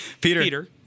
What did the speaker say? Peter—